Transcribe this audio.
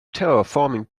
terraforming